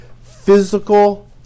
physical